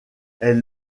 elle